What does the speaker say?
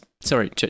sorry